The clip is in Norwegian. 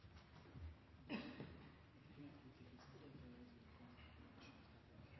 Vi fikk